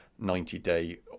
90-day